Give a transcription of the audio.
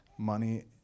Money